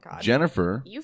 Jennifer